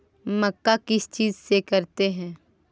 मक्का किस चीज से करते हैं?